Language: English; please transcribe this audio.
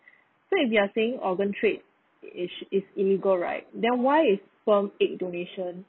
so if you are saying organ trade is is illegal right then why is sperm egg donation